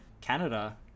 Canada